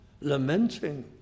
lamenting